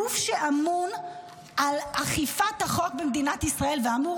הגוף שאמון על אכיפת החוק במדינת ישראל ואמור